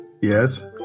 Yes